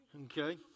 okay